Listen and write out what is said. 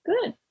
Good